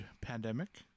pandemic